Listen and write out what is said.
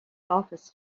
office